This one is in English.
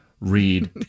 read